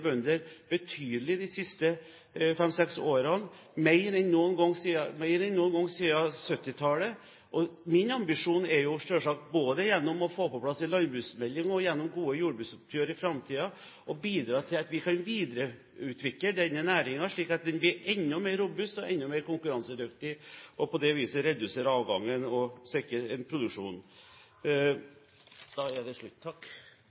bønder betydelig de siste fem–seks årene, mer enn noen gang siden 1970-tallet. Min ambisjon er jo selvsagt, både gjennom å få på plass en landbruksmelding og gjennom gode jordbruksoppgjør i framtiden, å bidra til at vi kan videreutvikle denne næringen, slik at den blir enda mer robust og enda mer konkurransedyktig, og på det viset redusere avgangen og sikre produksjonen. Da er det slutt, takk! Harald T. Nesvik har hatt ordet to ganger tidligere og får ordet til en